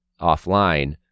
offline